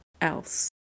else